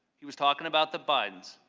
he was talking about the bidens.